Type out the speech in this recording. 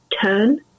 turn